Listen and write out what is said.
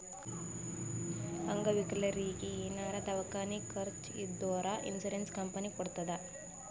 ಅಂಗವಿಕಲರಿಗಿ ಏನಾರೇ ದವ್ಕಾನಿ ಖರ್ಚ್ ಇದ್ದೂರ್ ಇನ್ಸೂರೆನ್ಸ್ ಕಂಪನಿ ಕೊಡ್ತುದ್